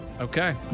Okay